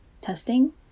testing